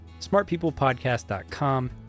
smartpeoplepodcast.com